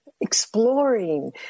Exploring